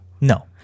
No